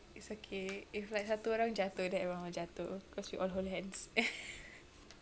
it's okay if like satu orang jatuh then everyone will jatuh cause we all hold hands